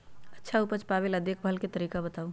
अच्छा उपज पावेला देखभाल के तरीका बताऊ?